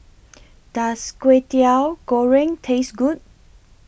Does Kwetiau Goreng Taste Good